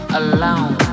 alone